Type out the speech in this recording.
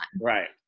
Right